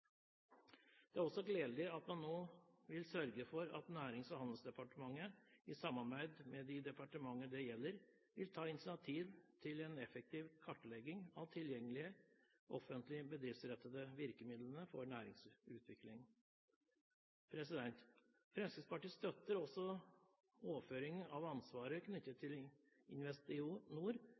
Det er også gledelig at man nå vil sørge for at Nærings- og handelsdepartementet i samarbeid med de departementer det gjelder, vil ta initiativ til en effektiv kartlegging av tilgjengelige offentlige bedriftsrettede virkemidler for næringsutvikling. Fremskrittspartiet støtter også overføring av ansvaret knyttet til